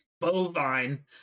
bovine